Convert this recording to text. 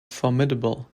formidable